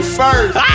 first